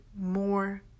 more